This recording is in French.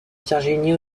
virginie